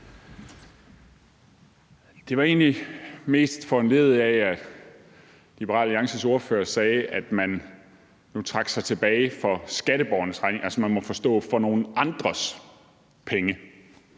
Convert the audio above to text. Det var egentlig mest foranlediget af, at Liberal Alliances ordfører sagde, at man nu trak sig tilbage på skatteborgernes regning, altså man må forstå: for nogle andres penge.